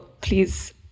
please